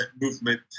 movement